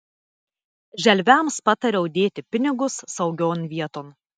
želviams patariau dėti pinigus saugion vieton